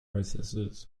processes